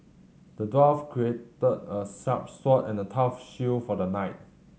the dwarf crafted a sharp sword and a tough shield for the knight